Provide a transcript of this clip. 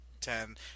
ten